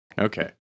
Okay